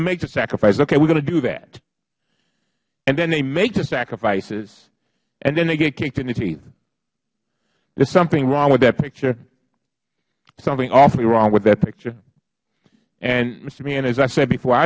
to make the sacrifices okay we are going to do that and then they make the sacrifices and then they get kicked in the teeth there is something wrong with that picture something awfully wrong with that picture and mister meehan as i said before i